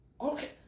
Okay